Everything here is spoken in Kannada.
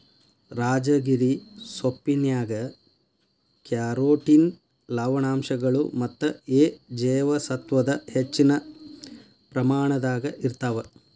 ರಾಜಗಿರಿ ಸೊಪ್ಪಿನ್ಯಾಗ ಕ್ಯಾರೋಟಿನ್ ಲವಣಾಂಶಗಳು ಮತ್ತ ಎ ಜೇವಸತ್ವದ ಹೆಚ್ಚಿನ ಪ್ರಮಾಣದಾಗ ಇರ್ತಾವ